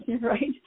right